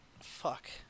Fuck